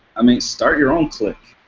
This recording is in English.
i mean start your own clique.